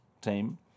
team